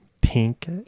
pink